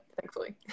thankfully